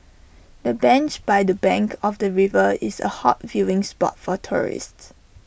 the bench by the bank of the river is A hot viewing spot for tourists